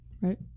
right